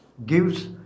gives